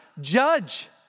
judge